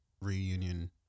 reunion